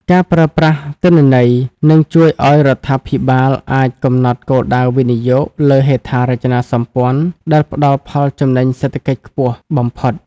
ការប្រើប្រាស់ទិន្នន័យ នឹងជួយឱ្យរដ្ឋាភិបាលអាចកំណត់គោលដៅវិនិយោគលើហេដ្ឋារចនាសម្ព័ន្ធដែលផ្ដល់ផលចំណេញសេដ្ឋកិច្ចខ្ពស់បំផុត។